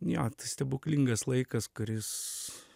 jo tai stebuklingas laikas kuris